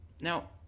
Now